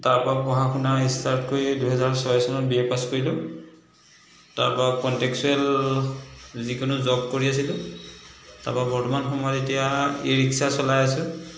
তাৰ পৰা পঢ়া শুনা ষ্টাৰ্ট কৰি দুই হাজাৰ ছয় চনত বি এ পাছ কৰিলোঁ তাৰ পৰা কণ্টেকচুৱেল যিকোনো জৱ কৰি আছিলোঁ তাৰ পৰা বৰ্তমান সময়ত এতিয়া ই ৰিক্সা চলাই আছো